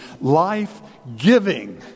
life-giving